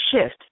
shift